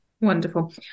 Wonderful